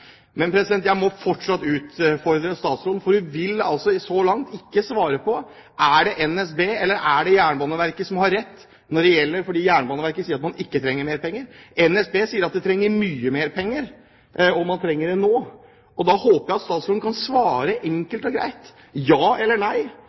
Jeg må fortsatt utfordre statsråden, for hun vil altså så langt ikke svare på: Er det NSB eller er det Jernbaneverket som har rett? Jernbaneverket sier at man ikke trenger mer penger. NSB sier at de trenger mye mer penger, og man trenger det nå. Jeg håper at statsråden kan svare